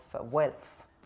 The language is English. wealth